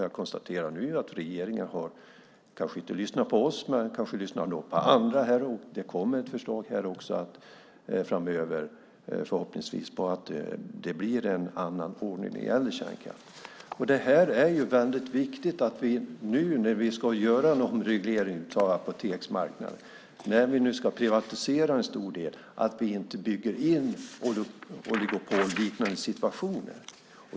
Jag konstaterar nu att regeringen kanske inte har lyssnat på oss men har lyssnat på andra och att det därför förhoppningsvis kommer ett förslag framöver om en annan ordning när det gäller kärnkraften. När vi nu ska göra en omreglering av apoteksmarknaden och privatisera en stor del är det väldigt viktigt att vi inte bygger in oligopolliknande situationer.